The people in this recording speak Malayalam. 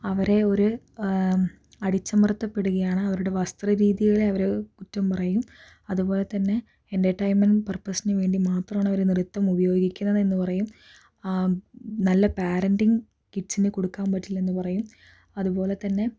അവരെ ഒരു അടിച്ചമർത്തപ്പെടുകയാണ് അവരുടെ വസ്ത്ര രീതികളെ അവര് കുറ്റം പറയും അതുപോലെതന്നെ എൻ്റർടൈനമെൻ്റ് പർപ്പസിന് വേണ്ടി മാത്രമാണവര് നൃത്തം ഉപയോഗിക്കുന്നത് എന്നുപറയും നല്ല പാരൻ്റിങ് കിഡ്സിന് കൊടുക്കാൻ പറ്റില്ലെന്ന് പറയും അതുപോലെത്തന്നെ